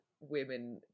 women